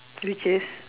which is